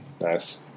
Nice